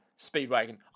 Speedwagon